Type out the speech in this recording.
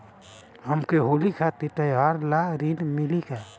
हमके होली खातिर त्योहार ला ऋण मिली का?